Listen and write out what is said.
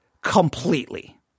completely